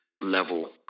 level